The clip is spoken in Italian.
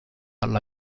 alla